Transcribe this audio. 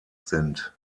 sind